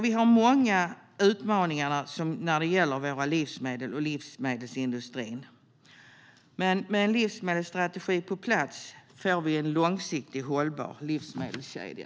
Vi har alltså många utmaningar när det gäller våra livsmedel och livsmedelsindustrin, men med en livsmedelsstrategi på plats får vi en långsiktigt hållbar livsmedelskedja.